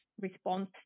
response